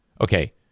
okay